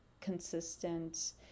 consistent